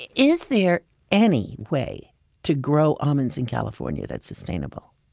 and is there any way to grow almonds in california that's sustainable?